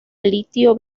litio